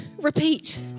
Repeat